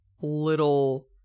little